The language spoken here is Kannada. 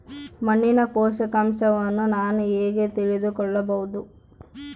ಮಣ್ಣಿನ ಪೋಷಕಾಂಶವನ್ನು ನಾನು ಹೇಗೆ ತಿಳಿದುಕೊಳ್ಳಬಹುದು?